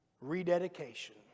rededication